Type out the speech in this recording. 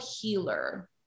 healer